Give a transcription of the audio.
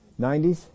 90s